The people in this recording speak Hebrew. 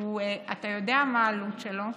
ואתה יודע מה העלות שלו,